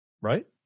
right